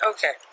Okay